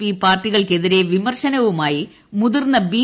P പാർട്ടികൾക്കെതിരെ വിമർശനവുമായി മുതിർന്ന ബി